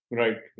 right